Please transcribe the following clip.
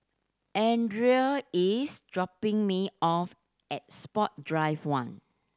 Adriane is dropping me off at Sport Drive One